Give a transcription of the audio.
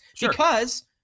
Because-